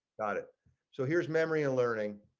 not ah so here's memory and learning.